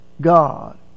God